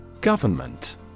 Government